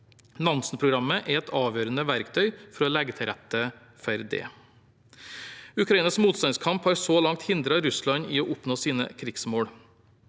Nansen-programmet er et avgjørende verktøy for å legge til rette for dette. Ukrainas motstandskamp har så langt hindret Russland i å oppnå sine krigsmål.